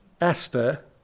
Esther